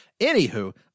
anywho